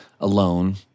alone